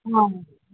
हां